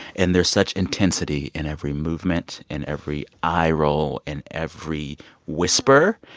and there's such intensity in every movement, in every eye roll, in every whisper.